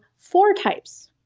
four types.